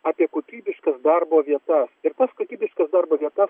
apie kokybiškas darbo vietas ir tas kokybiškas darbo vietas